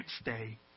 stay